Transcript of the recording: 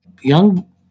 young